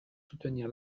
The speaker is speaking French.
soutenir